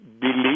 believe